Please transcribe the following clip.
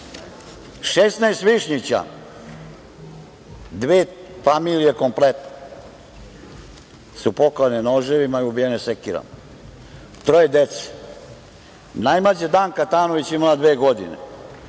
16 Višnjića, dve familije kompletne su poklane noževima i ubijene sekirama, troje dece. Najmlađa Danka Tanović je imala dve godine,